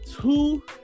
two